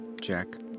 Jack